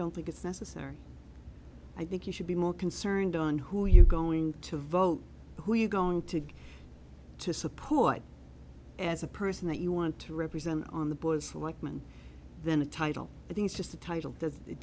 don't think it's necessary i think you should be more concerned on who you're going to vote who you going to get to support as a person that you want to represent on the boys like men than a title that is just a title that doesn't